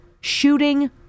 shooting